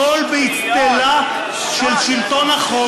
הכול באצטלה של שלטון החוק.